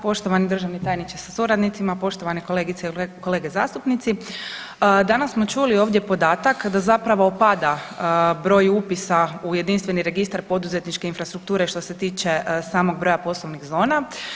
Poštovani državni tajnice sa suradnicima, poštovane kolegice i kolege zastupnici danas smo čuli ovdje podatak da zapravo pada broj upisa u jedinstveni registar poduzetničke infrastrukture što se tiče samog broja poslovnih zona.